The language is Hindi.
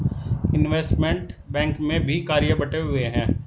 इनवेस्टमेंट बैंक में भी कार्य बंटे हुए हैं